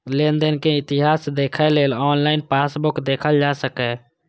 लेनदेन के इतिहास देखै लेल ऑनलाइन पासबुक देखल जा सकैए